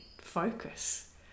focus